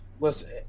Listen